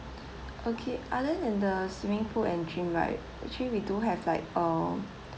okay other than the swimming pool and gym right actually we do have like a